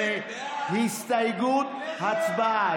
8. הסתייגות, הצבעה.